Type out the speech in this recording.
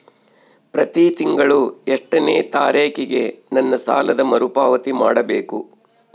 ಪ್ರತಿ ತಿಂಗಳು ಎಷ್ಟನೇ ತಾರೇಕಿಗೆ ನನ್ನ ಸಾಲದ ಮರುಪಾವತಿ ಮಾಡಬೇಕು?